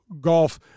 golf